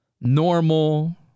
normal